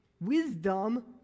wisdom